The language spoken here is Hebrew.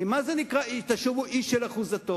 כי מה זה נקרא "תשובו איש אל אחוזתו"?